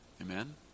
amen